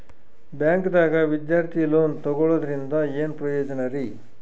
ಬ್ಯಾಂಕ್ದಾಗ ವಿದ್ಯಾರ್ಥಿ ಲೋನ್ ತೊಗೊಳದ್ರಿಂದ ಏನ್ ಪ್ರಯೋಜನ ರಿ?